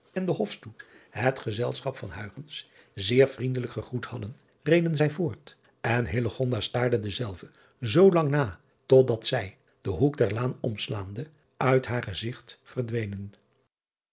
en de ofstoet het gezelschap zeer vriendelijk gegroet hadden reden zij voort en staarde de dezelve zoolang na totdat zij den hoek der laan omslaande uit haar gezigt verdwenen